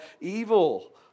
evil